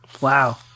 Wow